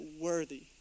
worthy